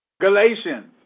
Galatians